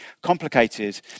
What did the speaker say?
complicated